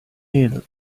ill